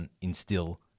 instill